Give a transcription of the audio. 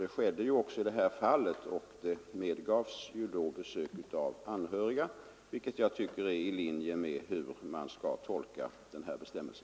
Så skedde ju också i detta fall. Därefter medgavs besök av anhöriga, vilket jag tycker är ilinje med hur man skall tolka denna bestämmelse.